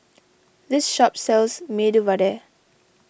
this shop sells Medu Vada